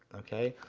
okay.